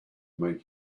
make